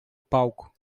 palco